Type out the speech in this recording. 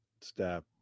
step